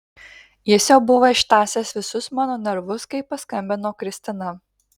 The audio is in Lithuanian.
jis jau buvo ištąsęs visus mano nervus kai paskambino kristina